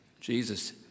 Jesus